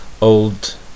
old